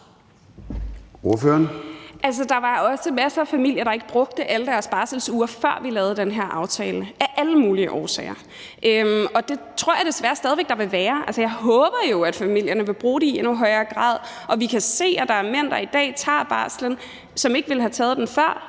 der var også masser af familier, der ikke brugte alle deres barselsuger, før vi lavede den her aftale, af alle mulige årsager, og det tror jeg desværre stadig væk der vil være. Jeg håber jo, at familierne vil bruge dem i endnu højere grad, og vi kan se, at der er mænd, der i dag tager barslen, og som ikke ville have taget den før,